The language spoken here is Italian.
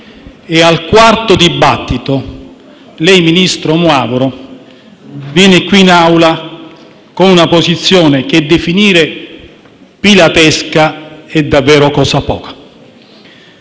E al quarto dibattito lei, ministro Moavero Milanesi, viene in Aula con una posizione che definire pilatesca è davvero poco.